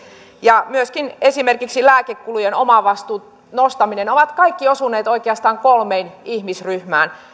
ja myöskin esimerkiksi lääkekulujen omavastuun nostaminen ovat kaikki osuneet oikeastaan kolmeen ihmisryhmään